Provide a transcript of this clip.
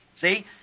See